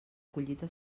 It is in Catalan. collita